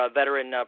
veteran